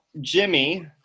jimmy